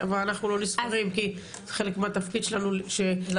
אבל אנחנו לא נספרים כי חלק מהתפקיד שלנו שיסיתו.